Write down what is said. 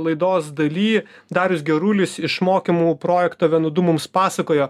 laidos daly darius gerulis iš mokymų projekto venu du mums pasakojo